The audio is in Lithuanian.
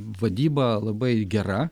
vadyba labai gera